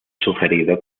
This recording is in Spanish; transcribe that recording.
sugerido